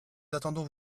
attendons